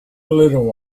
little